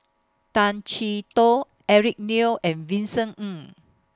Tay Chee Toh Eric Neo and Vincent Ng